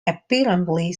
apparently